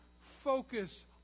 focus